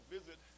visit